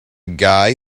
guy